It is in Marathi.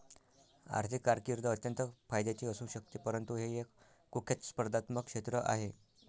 आर्थिक कारकीर्द अत्यंत फायद्याची असू शकते परंतु हे एक कुख्यात स्पर्धात्मक क्षेत्र आहे